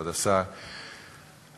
כבוד השר,